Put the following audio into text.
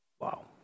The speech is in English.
Wow